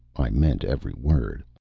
i meant every word.